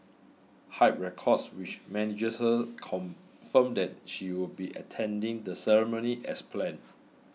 Hype Records which manages her confirmed that she would be attending the ceremony as planned